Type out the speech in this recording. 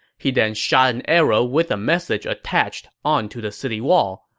he then shot an arrow with a message attached onto the city wall.